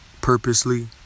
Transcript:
purposely